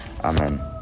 Amen